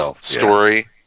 story